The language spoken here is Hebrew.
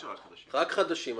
רק חדשים,